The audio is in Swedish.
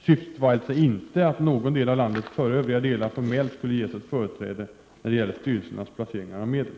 Syftet var alltså inte att någon del av landet före övriga delar formellt skulle ges ett företräde när det gäller styrelsernas placeringar av medel.